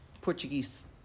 Portuguese